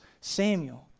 Samuel